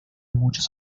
muchos